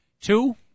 Two